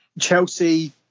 Chelsea